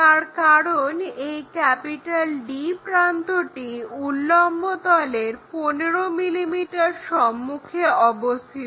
তার কারণ এই D প্রান্তটি উল্লম্বতলের 15 mm সম্মুখে অবস্থিত